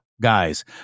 guys